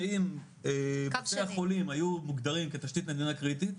שאם בתי החולים היו מוגדרים כתשתית מדינה קריטי,